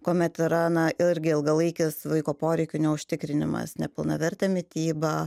kuomet yra na irgi ilgalaikis vaiko poreikių neužtikrinimas nepilnavertė mityba